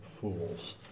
fools